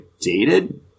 dated